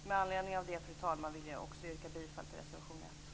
Med anledning av detta, fru talman, vill jag också yrka bifall till reservation 1.